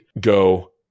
go